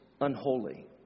unholy